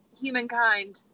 humankind